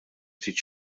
ftit